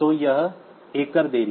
तो यह एकर देरी